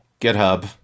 GitHub